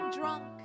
drunk